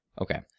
Okay